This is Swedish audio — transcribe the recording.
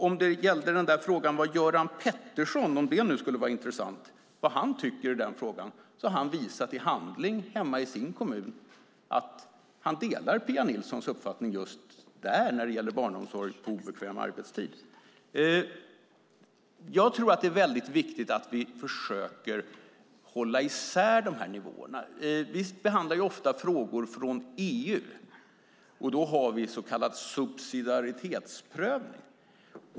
Om det gällde frågan vad Göran Pettersson tycker i frågan - om det nu skulle vara intressant - har han visat i handling hemma i sin kommun att han delar Pia Nilssons uppfattning i just frågan om barnomsorg på obekväm arbetstid. Jag tror att det är viktigt att vi försöker hålla isär nivåerna. Vi behandlar ofta frågor från EU. Då har vi en så kallad subsidiaritetsprövning.